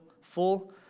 full